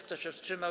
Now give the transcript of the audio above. Kto się wstrzymał?